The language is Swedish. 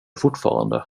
fortfarande